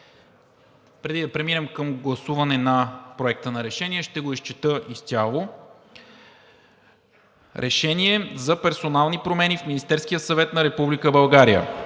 Преди да преминем към гласуване на Проекта на решение, ще го изчета изцяло: „Проект! РЕШЕНИЕ за персонални промени в Министерския съвет на Република България